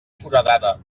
foradada